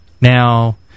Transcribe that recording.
Now